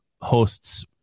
hosts